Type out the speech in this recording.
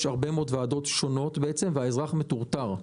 יש הרבה מאוד ועדות שונות והאזרח מטורטר.